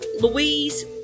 louise